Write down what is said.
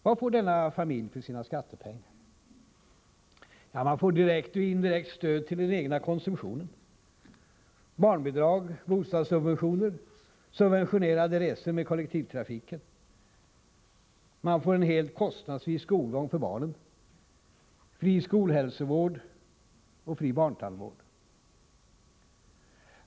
Vad får denna familj för sina skattepengar? Man får, direkt och indirekt, stöd till den egna konsumtionen: barnbidrag, bostadssubventioner, subventionerade resor med kollektivtrafiken. Man får helt kostnadsfri skolgång för barnen, fri skolhälsovård och fri barntandvård.